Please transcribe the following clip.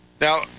now